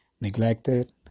neglected